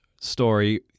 story